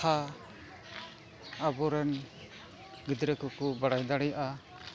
ᱠᱟᱛᱷᱟ ᱟᱵᱚᱨᱮᱱ ᱜᱤᱫᱽᱨᱟᱹ ᱠᱚᱠᱚ ᱵᱟᱲᱟᱭ ᱫᱟᱲᱮᱭᱟᱜᱼᱟ